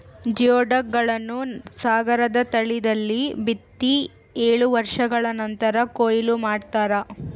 geoduck ಗಳನ್ನು ಸಾಗರದ ತಳದಲ್ಲಿ ಬಿತ್ತಿ ಏಳು ವರ್ಷಗಳ ನಂತರ ಕೂಯ್ಲು ಮಾಡ್ತಾರ